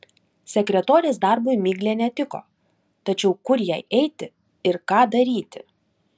sekretorės darbui miglė netiko tačiau kur jai eiti ir ką daryti